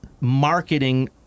marketing